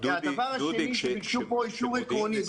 הדבר השני הוא שביקשו פה אישור עקרוני.